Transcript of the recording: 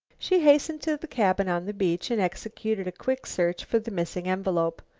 she hastened to the cabin on the beach, and executed a quick search for the missing envelope.